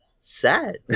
sad